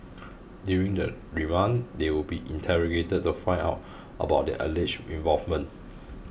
during the remand they will be interrogated to find out about their alleged involvement